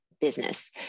business